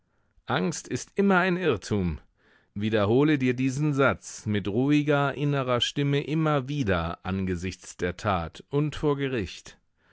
angst ist immer ein irrtum wiederhole dir diesen satz mit ruhiger innerer stimme immer wieder angesichts der tat und vor gericht